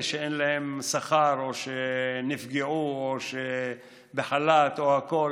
שאין להם שכר או שנפגעו או שבחל"ת או הכול.